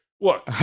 Look